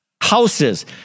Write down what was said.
houses